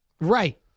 Right